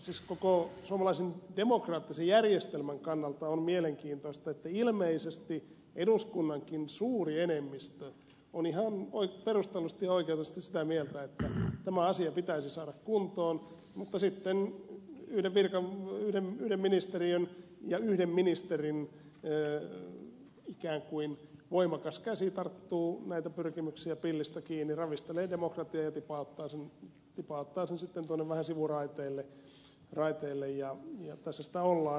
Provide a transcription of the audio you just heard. siis koko suomalaisen demokraattisen järjestelmän kannalta on mielenkiintoista että ilmeisesti eduskunnankin suuri enemmistö on ihan perustellusti ja oikeutetusti sitä mieltä että tämä asia pitäisi saada kuntoon mutta sitten yhden ministeriön ja yhden ministerin ikään kuin voimakas käsi tarttuu näitä pyrkimyksiä pillistä kiinni ravistelee demokratiaa ja tipauttaa sen sitten tuonne vähän sivuraiteille ja tässä sitä ollaan